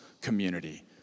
community